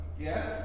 Yes